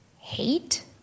hate